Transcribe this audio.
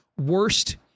worst